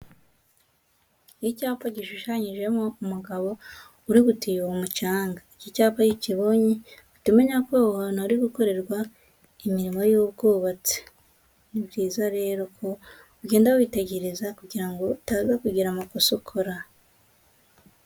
Icyapa gishushanyijeho umugabo urigutiyura umucanga. Iki cyapa iyo ukibonye uhita umenya ko aho hantu hari gukorerwa imirimo y'ubwubatsi. Ni byiza rero ko ugenda witegereza kugira ngo utaza kugira amakosa ukora.